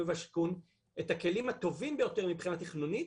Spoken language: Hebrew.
והשיכון את הכלים הטובים ביותר מבחינה תכנונית